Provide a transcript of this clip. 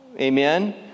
Amen